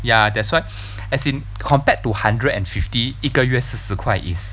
ya that's why as in compared to hundred and fifty 一个月四十块 is